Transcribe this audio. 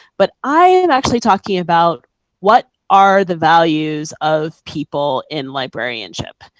but i am actually talking about what are the values of people in librarianship,